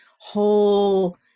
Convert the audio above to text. whole